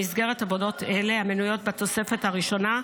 במסגרת עבודות אלה, המנויות בתוספת הראשונה,